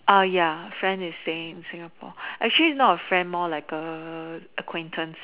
ah ya friend is staying in Singapore actually not a friend more like a acquaintance